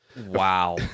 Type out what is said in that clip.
Wow